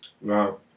Wow